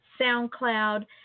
SoundCloud